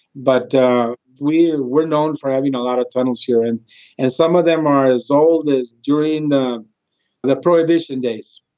but we're we're known for having a lot of tunnels here. and and some of them are as old as during the the prohibition days,